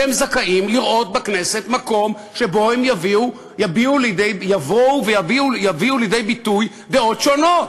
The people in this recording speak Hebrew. והם זכאים לראות בכנסת מקום שבו הם יביאו לידי ביטוי דעות שונות.